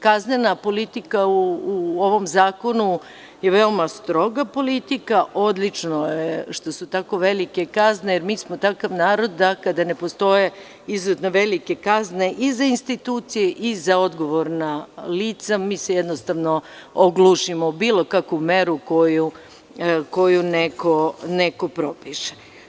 Kaznena politika u ovom zakonu je veoma stroga politika, odlično je što su tako velike kazne, a mi smo takav narod da, kada ne postoje izuzetno velike kazne i za institucije i za odgovorna lica, mi se jednostavno oglušimo o bilo kakvu meru koju neko propiše.